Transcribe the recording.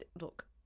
look